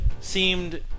Seemed